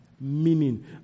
meaning